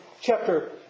chapter